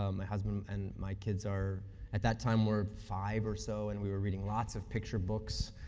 um my husband and my kids, are at that time were five or so, and we were reading lots of picture books,